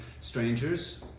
strangers